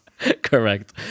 Correct